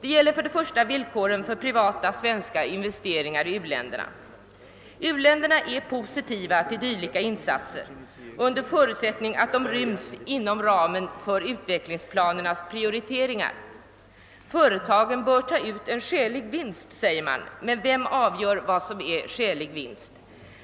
Det gäller för det första villkoren för privata svenska investeringar i u-länderna. Dessa länder är positivt inställda till dylika insatser, under förutsättning att de ryms inom ramen för utvecklingsplanernas prioriteringar. Företagen bör ta ut en skälig vinst, sägs det. Men vem avgör vad som är skälig vinst?